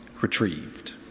retrieved